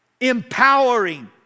empowering